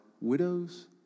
widows